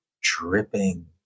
dripping